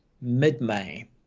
mid-May